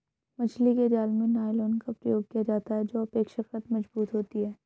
मछली के जाल में नायलॉन का प्रयोग किया जाता है जो अपेक्षाकृत मजबूत होती है